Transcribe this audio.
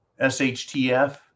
SHTF